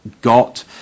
got